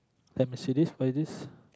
let me see this what is this